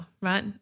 Right